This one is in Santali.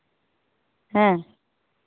ᱦᱮᱸ